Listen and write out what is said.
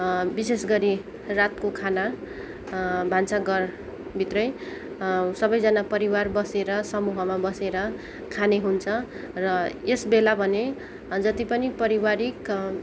विशेषगरि रातको खाना भान्सा घरभित्रै सबैजना परिवार बसेर समूहमा बसेर खाने हुन्छ र यस बेला भने जति पनि पारिवारिक